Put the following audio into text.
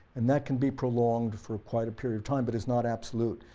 and that can be prolonged for quite a period of time but is not absolute,